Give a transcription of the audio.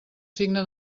signe